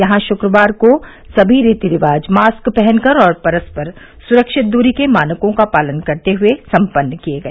यहां शुक्रवार को सभी रीति रिवाज मास्क पहनकर और परस्पर सुरक्षित दूरी के मानकों का पालन करते हुए संपन्न किए गए